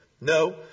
No